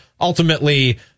Ultimately